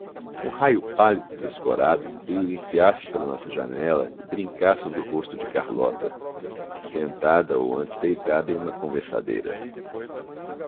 um raio pálido e descorado veio enfiar se pela nossa janela e brincar sobre o rosto de carlota sentada ou antes deitada em uma conversadeira